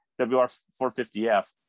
WR450F